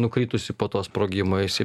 nukritusi po to sprogimo jau jisai